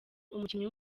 umukinnyi